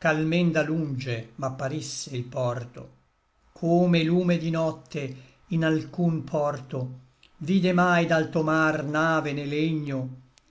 ch'almen da lunge m'apparisse il porto come lume di notte in alcun porto vide mai d'alto mar nave né legno